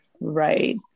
Right